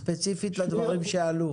ספציפית לדברים שעלו.